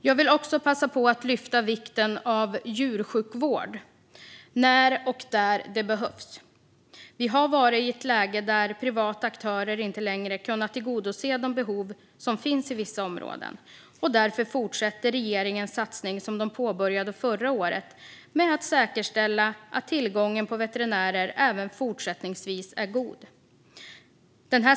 Jag vill också lyfta fram vikten av djursjukvård när och där det behövs. Vi har varit i ett läge där privata aktörer inte längre kunnat tillgodose de behov som finns i vissa områden. Därför fortsätter den satsning som regeringen påbörjade förra året med att säkerställa att tillgången på veterinärer även fortsättningsvis är god.